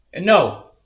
No